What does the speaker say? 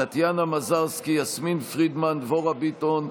טטיאנה מזרסקי, יסמין פרידמן, דבורה ביטון,